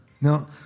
No